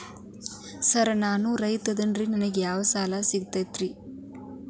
Sir ನಾನು ರೈತ ಅದೆನ್ರಿ ನನಗ ಯಾವ್ ಯಾವ್ ಸಾಲಾ ಸಿಗ್ತೈತ್ರಿ?